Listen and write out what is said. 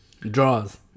Draws